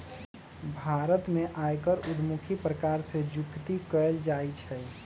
भारत में आयकर उद्धमुखी प्रकार से जुकती कयल जाइ छइ